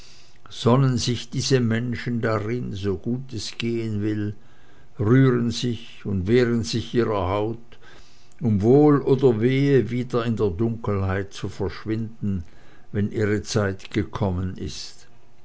sonnen sich diese menschen darin so gut es gehen will rühren sich und wehren sich ihrer haut um wohl oder wehe wieder in der dunkelheit zu verschwinden wenn ihre zeit gekommen ist